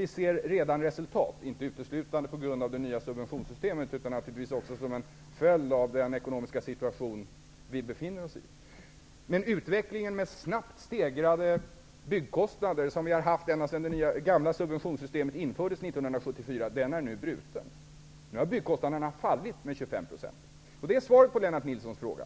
Vi ser redan resultat, inte uteslutande till följd av det nya subventionssystemet utan naturligtvis också som en följd av den ekonomiska situation som vi befinner oss i. Utvecklingen med snabbt stegrade byggkostnader, som vi har sett ända sedan det gamla subventionssystemet infördes 1974, är nu bruten. Nu har byggkostnaderna fallit med 25 %. Det är svaret på Lennart Nilssons fråga.